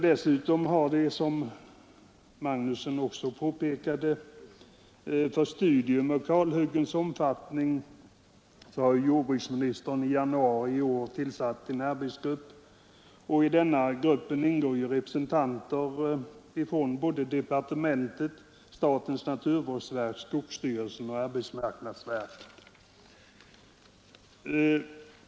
Dessutom har — som herr Magnusson också påpekade — jordbruksministern i januari i år tillsatt en arbetsgrupp för studium av kalhyggenas omfattning. I den gruppen ingår representanter för departementet, statens naturvårdsverk, skogsstyrelsen och arbetsmarknadsverket.